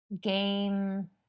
game